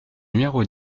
numéro